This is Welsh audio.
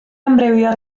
amrywio